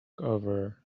over